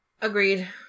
Agreed